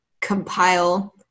compile